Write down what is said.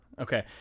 Okay